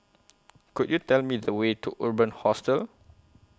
Could YOU Tell Me The Way to Urban Hostel